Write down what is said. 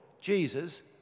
Jesus